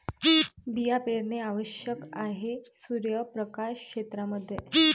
बिया पेरणे आवश्यक आहे सूर्यप्रकाश क्षेत्रां मध्ये